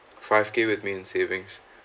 five K with me in savings